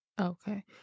Okay